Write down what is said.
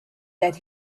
that